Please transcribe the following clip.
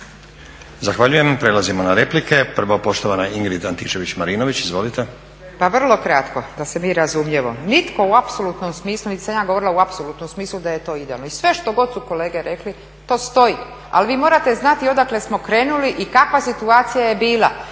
Zahvaljujem. Prelazimo na replike. Prvo poštovana Ingrid Antičević-Marinović. Izvolite. **Antičević Marinović, Ingrid (SDP)** Pa vrlo kratko. Da se mi razumijemo nitko u apsolutnom smislu niti sam ja govorila u apsolutnom smislu da je to idealno. I sve što god su kolege rekli, to stoji, ali vi morate znati odakle smo krenuli i kakva situacija je bila.